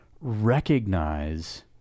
recognize